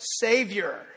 Savior